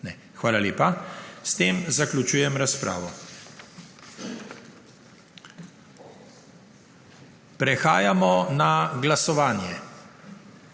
Hvala lepa. S tem končujem razpravo. Prehajamo na glasovanje,